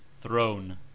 throne